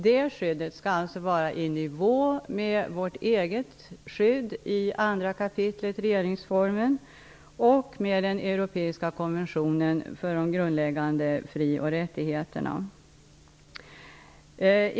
Det skyddet skall alltså vara i nivå med vårt eget skydd i 2 kap. regeringsformen och med den europeiska konventionen för de grundläggande fri och rättigheterna.